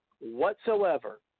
whatsoever